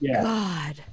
god